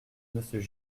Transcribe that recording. monsieur